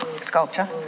sculpture